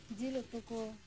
ᱡᱮᱹᱞ ᱩᱛᱩᱠᱚ